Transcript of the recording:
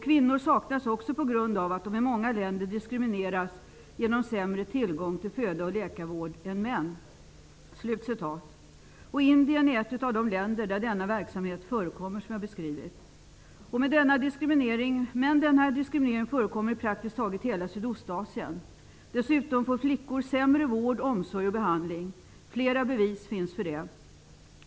Kvinnor saknas också på grund av att de i många länder diskrimineras genom sämre tillgång till föda och läkarvård än män.'' Indien är ett av de länder där den verkamhet som jag har beskrivit förekommer. Men den här diskrimineringen förekommer i praktiskt taget hela Sydostasien. Dessutom får flickor sämre vård, omsorg och behandling. Flera bevis finns för det.